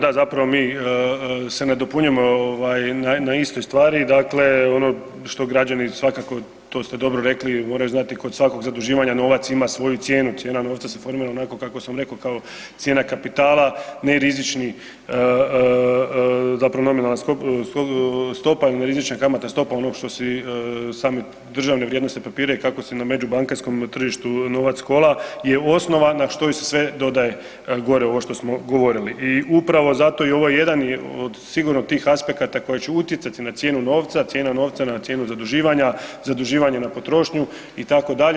Da, zapravo mi se nadopunjujemo ovaj, na istoj stvari, dakle ono što građani svakako, to ste dobro rekli, moraju znati kod svakog zaduživanja, novac ima svoju cijenu, cijena novca se formira onako kako sam rekao, kao cijena kapitala, nerizični zapravo nominalna stopa ili nerizična kamatna stopa onog što si same državne vrijednosne papire i kako se na međubankarskom tržištu novac kola je osnova na što se sve dodaje gore ovo što smo govorili i upravo zato je ovo jedan od sigurno tih aspekata koji će utjecati na cijenu novca, cijena novca na cijenu zaduživanja, zaduživanje na potrošnju, itd.